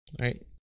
right